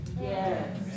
Yes